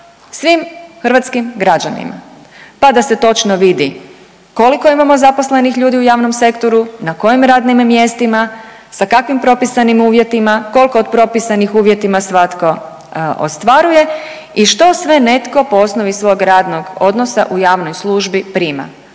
svim hrvatskih građanima pa se točno vidi koliko imamo zaposlenih ljudi u javnom sektoru, na kojim radnim mjestima, sa kakvim propisanim uvjetima, koliko o propisanih uvjetima svatko ostvaruje i što sve netko po osnovi svog radnog odnosa u javnoj službi prima,